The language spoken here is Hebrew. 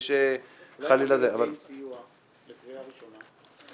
אולי נעביר עם סיוע לקריאה הראשונה?